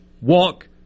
walk